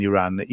Iran